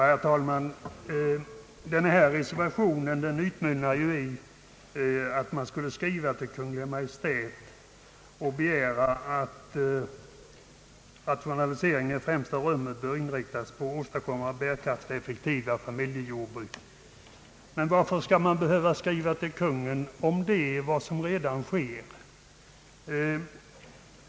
Herr talman! Reservationen utmynnar i att riksdagen skulle skriva till Kungl. Maj:t och begära att rationaliseringen i främsta rummet bör inriktas på åstadkommandet av bärkraftiga och effektiva familjejordbruk. Men varför skall man behöva skriva till Kungl. Maj:t om vad som redan sker?